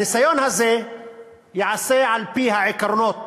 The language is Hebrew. הניסיון הזה ייעשה על-פי העקרונות